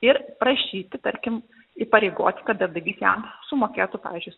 ir prašyti tarkim įpareigoti kad darbdavys jam sumokėtų pavyzdžiui